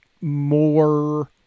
more